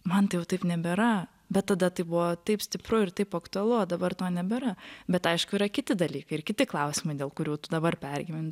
man tai jau taip nebėra bet tada tai buvo taip stipru ir taip aktualu o dabar to nebėra bet aišku yra kiti dalykai ir kiti klausimai dėl kurių tu dabar pergyveni